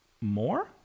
more